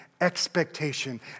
expectation